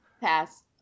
Pass